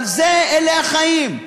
אבל זה, אלה החיים.